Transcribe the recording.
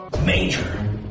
Major